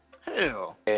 Hell